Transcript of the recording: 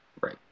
Right